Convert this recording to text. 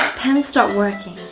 pen stopped working,